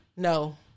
no